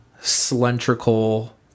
cylindrical